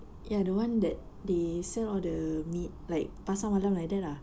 ya the one that they sell all the meat like pasar malam like that ah